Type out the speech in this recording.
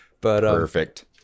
Perfect